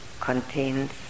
contains